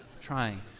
trying